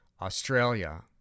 Australia